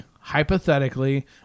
hypothetically